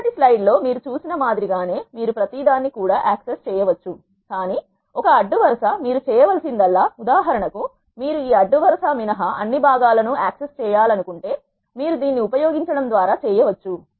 మునుపటి స్లైడ్ లో మీరు చూసిన మాదిరి గానే మీరు ప్రతి దాన్ని కూడా యాక్సెస్ చేయవచ్చు కానీ ఒక అడ్డు వరుస మీరు చేయవలసిందల్లా ఉదాహరణకు మీరు ఈ అడ్డు వరుస మినహా అన్ని భాగాలను యాక్సెస్ చేయాలనుకుంటే మీరు దీన్ని ఉపయోగించడం ద్వారా చేయవచ్చు